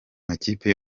makipe